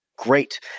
great